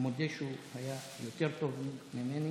מודה שהוא היה יותר טוב ממני,